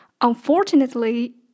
Unfortunately